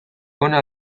hona